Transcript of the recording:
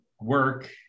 work